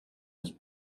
his